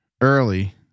Early